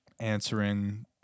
answering